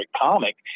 comic